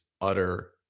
utter